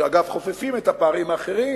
שאגב חופפים את הפערים האחרים.